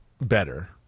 better